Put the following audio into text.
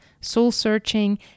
soul-searching